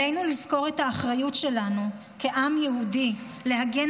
עלינו לזכור את האחריות שלנו כעם היהודי להגן